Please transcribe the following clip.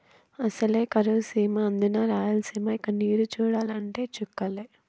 అసలే కరువు సీమ అందునా రాయలసీమ ఇక నీరు చూడాలంటే చుక్కలే